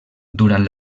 durant